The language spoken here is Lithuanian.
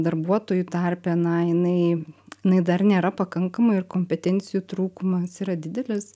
darbuotojų tarpe na jinai inai dar nėra pakankama ir kompetencijų trūkumas yra didelis